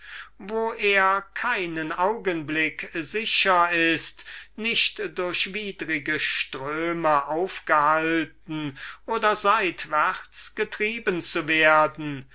wo er keinen augenblick sicher ist durch widrige ströme aufgehalten oder seitwärts getrieben zu werden